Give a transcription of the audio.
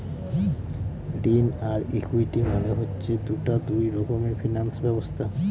ঋণ আর ইকুইটি মানে হচ্ছে দুটা দুই রকমের ফিনান্স ব্যবস্থা